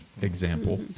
example